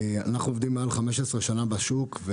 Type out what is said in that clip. אנחנו מעל 15 שנה בשוק,